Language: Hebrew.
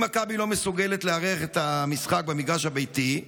אם מכבי לא מסוגלת לארח את המשחק במגרש הביתי,